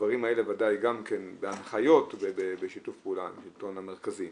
--- בדברים האלה בוודאי גם כן בהנחיות בשיתוף פעולה עם השלטון המרכזי.